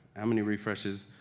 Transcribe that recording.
how many refreshes,